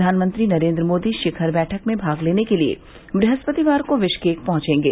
प्रधानमंत्री नरेन्द्र मोदी शिखर बैठक में भाग लेने के लिए ब्रहस्पतिवार को बिश्केक पहुंचेंगे